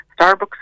Starbucks